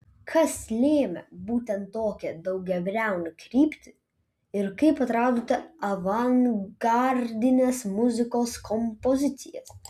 kas lėmė būtent tokią daugiabriaunę kryptį ir kaip atradote avangardinės muzikos kompozicijas